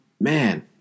man